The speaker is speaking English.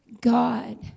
God